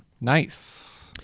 Nice